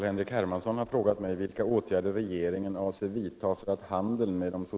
Herr talman!